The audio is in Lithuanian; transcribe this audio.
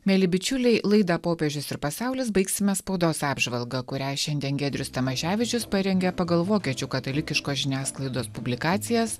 mieli bičiuliai laida popiežius ir pasaulis baigsime spaudos apžvalga kurią šiandien giedrius tamaševičius parengė pagal vokiečių katalikiškos žiniasklaidos publikacijas